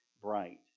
bright